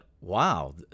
wow